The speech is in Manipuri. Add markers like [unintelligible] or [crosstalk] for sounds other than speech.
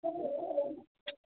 [unintelligible]